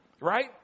right